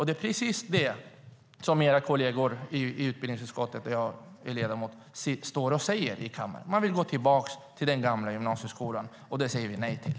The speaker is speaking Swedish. Det är precis det som era kolleger i utbildningsutskottet, där jag är ledamot, står och säger i kommaren. De vill gå tillbaka till den gamla gymnasieskolan. Det säger vi nej till.